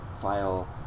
file